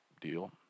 deal